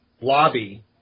lobby